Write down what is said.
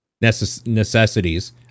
Necessities